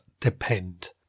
depend